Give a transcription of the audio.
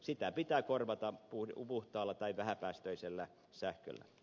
sitä pitää korvata puhtaalla tai vähäpäästöisellä sähköllä